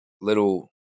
little